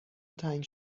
تنگ